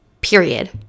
Period